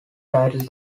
titled